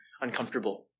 uncomfortable